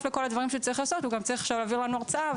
לכל הדברים שהוא צריך לעשות הוא גם צריך להעביר לנו הרצאה,